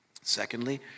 Secondly